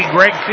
Greg